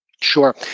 Sure